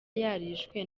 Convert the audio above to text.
yarishwe